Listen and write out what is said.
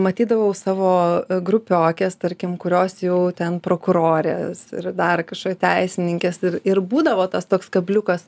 matydavau savo grupiokes tarkim kurios jau ten prokurorės ir dar kažkios teisininkės ir ir būdavo tas toks kabliukas